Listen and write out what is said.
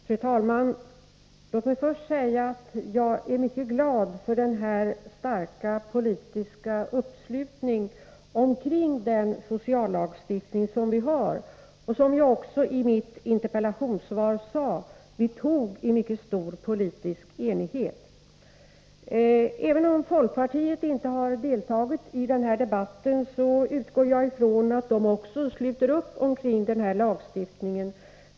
Fru talman! Låt mig först säga att jag är mycket glad för den starka politiska uppslutningen kring den sociallagstiftning vi har. Som jag sade i mitt interpellationssvar beslutade vi om den i mycket stor politisk enighet. Även om folkpartiets företrädare inte har deltagit i den här debatten, utgår jagifrån att de också sluter upp omkring den här lagstiftningen.